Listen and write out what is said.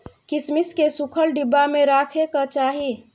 किशमिश केँ सुखल डिब्बा मे राखे कय चाही